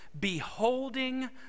beholding